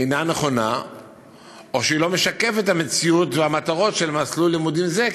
אינה נכונה או שאינה משקפת את המציאות והמטרות של מסלול לימודים זה,